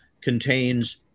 contains